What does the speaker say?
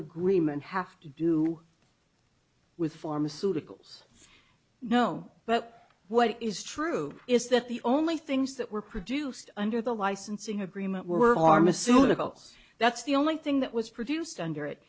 agreement have to do with pharmaceuticals no but what is true is that the only things that were produced under the licensing agreement were harm assumed about that's the only thing that was produced under it